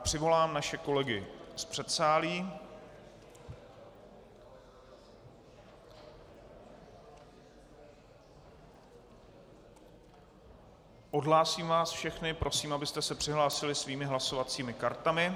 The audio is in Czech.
Přivolám naše kolegy z předsálí, odhlásím vás všechny, prosím, abyste se přihlásili svými hlasovacími kartami.